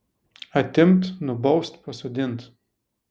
atimt nubaust pasodint